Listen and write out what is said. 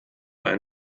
ein